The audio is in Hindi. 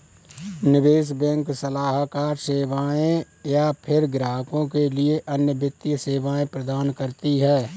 निवेश बैंक सलाहकार सेवाएँ या फ़िर ग्राहकों के लिए अन्य वित्तीय सेवाएँ प्रदान करती है